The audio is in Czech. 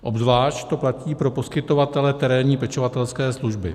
Obzvlášť to platí pro poskytovatele terénní pečovatelské služby.